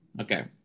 Okay